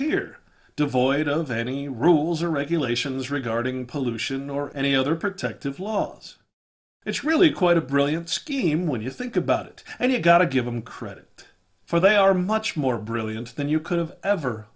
here devoid of any rules or regulations regarding pollution or any other protective laws it's really quite a brilliant scheme when you think about it and you've got to give them credit for they are much more brilliant than you could have ever